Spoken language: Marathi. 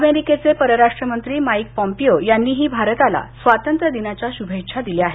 अमेरिकेचे परराष्ट्र मंत्री माइक पॉम्पियो यांनीही भारताला स्वातंत्र्य दिनाच्या शुभेच्छा दिल्या आहेत